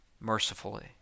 mercifully